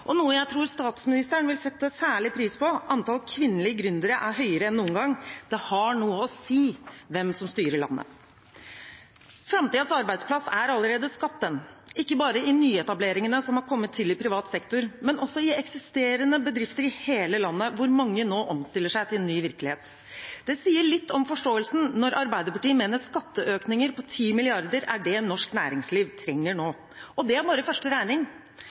– noe jeg tror statsministeren vil sette særlig pris på – antall kvinnelige gründere er høyere enn noen gang. Det har noe å si hvem som styrer landet. Framtidens arbeidsplass er allerede skapt, den – og ikke bare i nyetableringene som har kommet til i privat sektor, men også i eksisterende bedrifter i hele landet, hvor mange nå omstiller seg til en ny virkelighet. Det sier litt om forståelsen når Arbeiderpartiet mener skatteøkninger på 10 mrd. kr er det norsk næringsliv trenger nå. Og det er bare første regning.